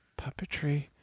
puppetry